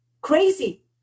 crazy